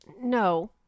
No